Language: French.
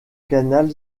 canal